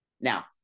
Now